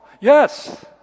Yes